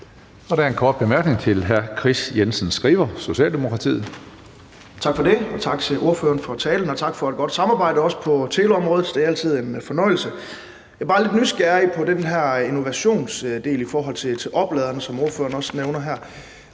Der er en kort bemærkning til hr. Kris Jensen Skriver, Socialdemokratiet. Kl. 14:12 Kris Jensen Skriver (S): Tak for det, og tak til ordføreren for talen, og tak for et godt samarbejde også på teleområdet. Det er altid en fornøjelse. Jeg er bare lidt nysgerrig på den her innovationsdel i forhold til opladerne, som ordføreren også nævner her.